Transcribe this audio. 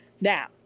Now